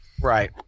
right